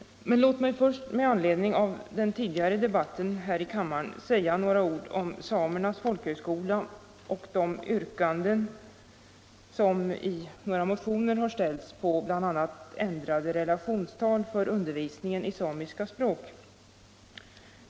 Låt mig först, med anledning av den tidigare debatten här i kammaren, säga några ord om Samernas folkhögskola och de yrkanden som i några motioner har gjorts om bl.a. ändrade relationstal för undervisningen i samiska språk.